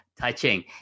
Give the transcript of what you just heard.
touching